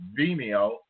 Vimeo